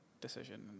decision